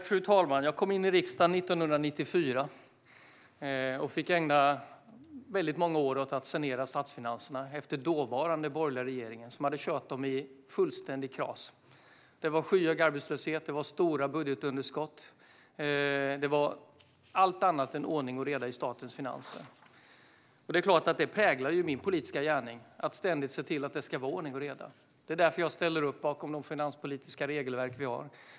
Fru talman! Jag kom in i riksdagen 1994 och fick ägna väldigt många år åt att sanera statsfinanserna efter den dåvarande borgerliga regeringen, som fullständigt hade kört dem i kras. Arbetslösheten var skyhög, och budgetunderskotten var stora. Det var allt annat än ordning och reda i statens finanser. Detta präglar såklart min politiska gärning så att jag ständigt vill se till att det är ordning och reda. Det är därför som jag ställer upp bakom de finanspolitiska regelverk som vi har.